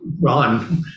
ron